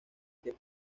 que